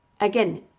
again